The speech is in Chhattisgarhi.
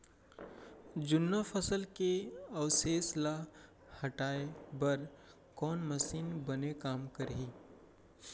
जुन्ना फसल के अवशेष ला हटाए बर कोन मशीन बने काम करही?